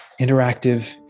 interactive